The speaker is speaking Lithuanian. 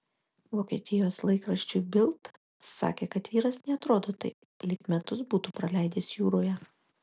vokietijos laikraščiui bild sakė kad vyras neatrodo taip lyg metus būtų praleidęs jūroje